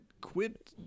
quit